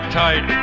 tight